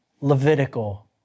Levitical